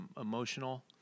emotional